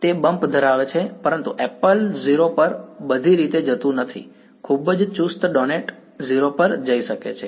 તે બમ્પ ધરાવે છે પરંતુ એપલ 0 પર બધી રીતે જતું નથી ખૂબ જ ચુસ્ત ડોનટ 0 પર જઈ શકે છે